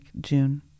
June